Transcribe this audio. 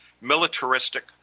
militaristic